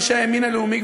אנשי הימין הלאומי,